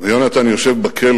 יושב בכלא